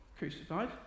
crucified